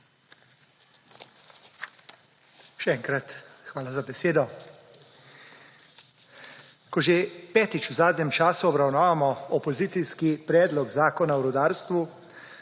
Še enkrat hvala za besedo. Ko že petič v zadnjem času obravnavamo opozicijski predlog zakona o rudarstvu,